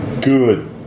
Good